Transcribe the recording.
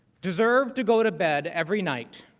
deserve to go to bed every night